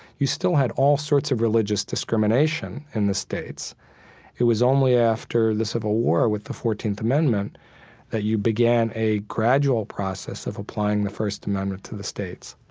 you still had all sorts of religious discrimination in the states it was only after the civil war with the fourteenth amendment that you began a gradual process of applying the first amendment to the states.